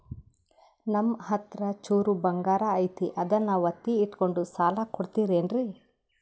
ನಮ್ಮಹತ್ರ ಚೂರು ಬಂಗಾರ ಐತಿ ಅದನ್ನ ಒತ್ತಿ ಇಟ್ಕೊಂಡು ಸಾಲ ಕೊಡ್ತಿರೇನ್ರಿ?